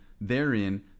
therein